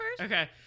Okay